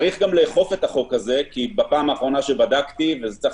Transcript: צריך גם לאכוף את החוק הזה ובפעם האחרונה שבדקתי זה צריך